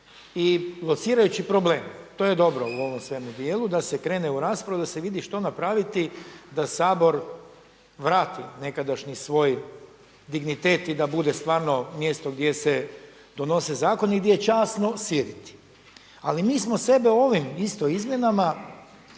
I locirajući problem, to je dobro u ovom cijelom dijelu da se krene u raspravu, da se vidi što napraviti da Sabor vrati nekadašnji svoj dignitet i da bude stvarno mjesto gdje se donose zakoni i gdje je časno sjediti. Ali mi smo sebe ovim isto izmjenama